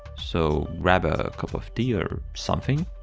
so grab ah a cup of tea or something.